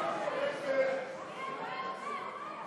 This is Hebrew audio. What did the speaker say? פקודת בתי-הסוהר (חובת קביעת תקן כליאה),